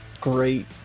great